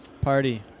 Party